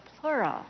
plural